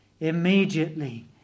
Immediately